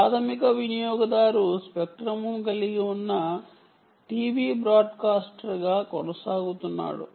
ప్రాధమిక వినియోగదారు స్పెక్ట్రంను కలిగి ఉన్న టీవీ బ్రాడ్కాస్టర్గా కొనసాగుతున్నాడు